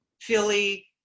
Philly